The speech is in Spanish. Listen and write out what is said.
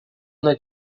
una